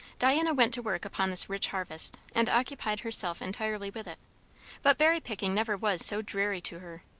diana went to work upon this rich harvest, and occupied herself entirely with it but berry-picking never was so dreary to her.